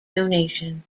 donation